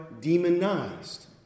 demonized